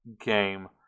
game